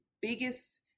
biggest